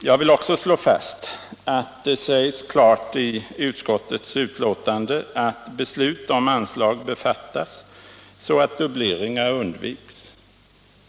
Jag vill slå fast att det klart sägs i utskottets betänkande att beslut om anslag bör fattas så, att dubbleringar undviks.